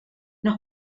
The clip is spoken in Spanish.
nos